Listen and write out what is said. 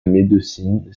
médecine